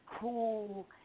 cool